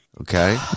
Okay